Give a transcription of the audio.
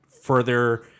further